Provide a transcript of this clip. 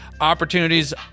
opportunities